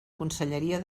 conselleria